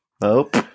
Nope